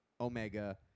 Omega